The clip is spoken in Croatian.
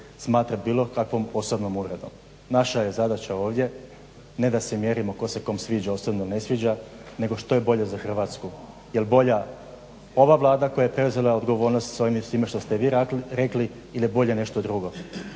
smatrat bilo kakvom posebnom uvredom. Naša je zadaća ovdje ne da se mjerimo tko se kom sviđa, osobno ne sviđa, nego što je bolje za Hrvatsku, jel bolja ova Vlada koja je …/Govornik se ne razumije./… odgovornost s ovime svime što ste vi rekli ili je bolje nešto drugo.